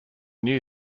new